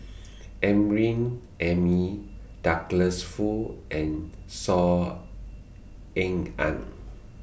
Amrin Amin Douglas Foo and Saw Ean Ang